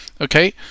Okay